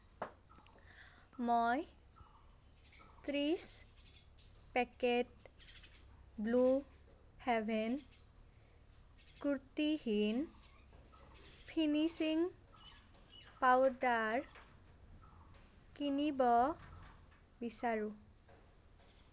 মই ত্ৰিছ packet Blue Heaven ত্ৰুটিহীন ফিনিচিং পাউদাৰ কিনিব বিচাৰোঁ